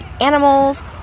animals